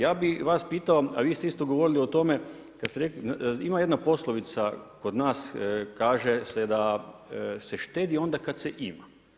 Ja bih vas pitao, a vi ste isto govorili o tome kada ste rekli ima jedna poslovica kod nas kaže se da se štedi onda kada se ima.